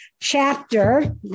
Chapter